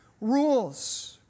rules